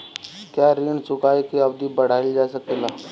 क्या ऋण चुकाने की अवधि बढ़ाईल जा सकेला?